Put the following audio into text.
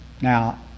Now